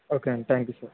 okay అండి thank you sir